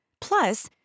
Plus